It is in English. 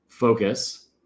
focus